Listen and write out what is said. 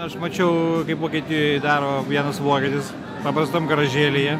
aš mačiau kaip vokietijoj daro vienas vokietis paprastam garažėlyje